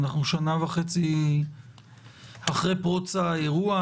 אנחנו שנה וחצי אחרי פרוץ האירוע,